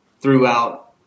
throughout